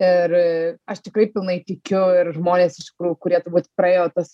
ir aš tikrai pilnai tikiu ir žmonės iš tikrųjų kurie turbūt praėjo tas